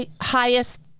highest